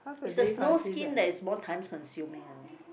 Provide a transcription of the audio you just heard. is the snowskin that is more time consuming you know